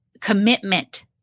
commitment